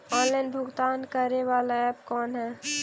Online भुगतान करे बाला ऐप कौन है?